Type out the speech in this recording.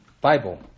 Bible